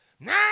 now